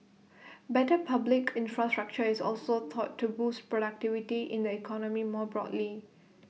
better public infrastructure is also thought to boost productivity in the economy more broadly